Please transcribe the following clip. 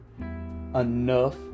enough